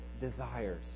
desires